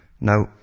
Now